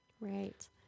Right